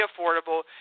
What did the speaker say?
affordable